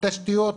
תשתיות,